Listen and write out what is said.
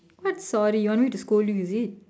what sorry you want me to scold you is it